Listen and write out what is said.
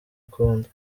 akunda